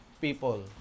people